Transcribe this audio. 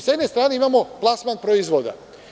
Sa jedne strane, imamo plasman proizvoda.